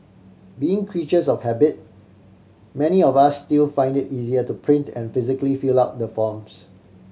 being creatures of habit many of us still find it easier to print and physically fill out the forms